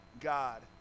God